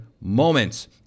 moments